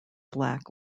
black